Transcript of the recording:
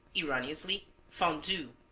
erroneously, fondu.